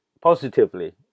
positively